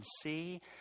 see